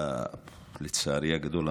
לצערי הגדול,